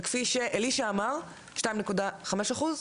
כפי שאלישע אמר, שתיים נקודה חמש אחוז?